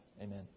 Amen